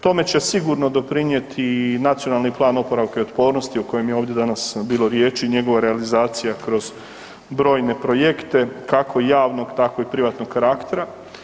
Tome će sigurno doprinijeti i Nacionalni plan oporavka i otpornosti o kojem je ovdje danas bilo riječi i njegova realizacija kroz brojne projekte, kako javnog, tako i privatnog karaktera.